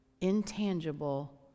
intangible